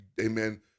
amen